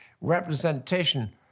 representation